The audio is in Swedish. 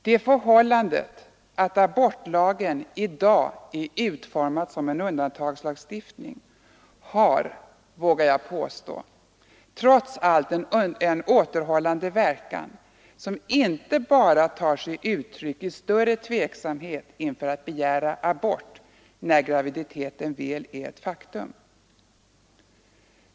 Det förhållandet att abortlagen i dag är utformad som en undantagslagstiftning har — vågar jag påstå — trots allt en återhållande verkan som inte bara tar sig uttryck i större tveksamhet att begära abort när graviditeten väl är ett faktum.